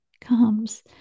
comes